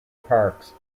parks